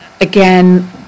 again